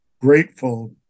grateful